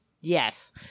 Yes